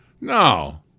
No